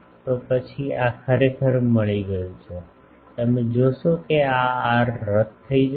તો પછી આ ખરેખર મળી ગયું છે તમે જોશો કે આ r રદ થઈ જશે